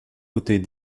côtés